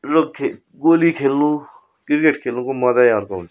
गोली खेल्नु क्रिकेट खेल्नुको मज्जै अर्को हुन्छ